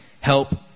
help